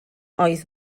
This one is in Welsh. oedd